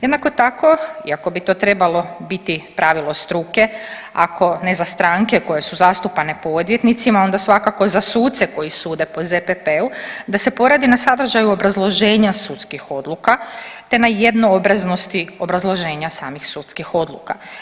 Jednako tako iako bi to trebalo biti pravilo struke, ako ne za stranke koje su zastupane po odvjetnicima onda svakako za suce koji sude po ZPP-u da se poradi na sadržaju obrazloženja sudskih odluka te na jednobraznosti obrazloženja samih sudskih odluka.